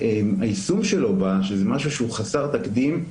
והיישום שלו בה, שזה משהו שהוא חסר תקדים,